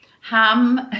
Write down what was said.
ham